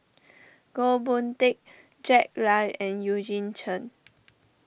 Goh Boon Teck Jack Lai and Eugene Chen